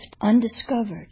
undiscovered